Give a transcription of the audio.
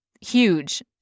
huge